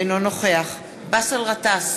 אינו נוכח באסל גטאס,